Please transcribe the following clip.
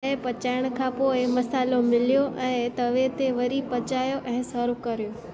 शइ पचाइण खां पोएं मसालो मिलायो ऐं तवे ते वरी पचायो ऐं सर्व करियो